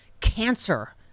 cancer